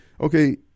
okay